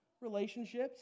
Relationships